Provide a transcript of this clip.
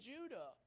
Judah